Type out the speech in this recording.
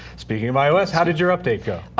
speaking of ios, how did your update go?